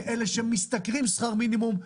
מאלה שמשתכרים שכר מינימום,